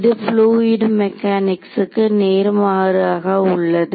இது fluid mechanics நேர்மாறாக உள்ளது